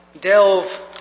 delve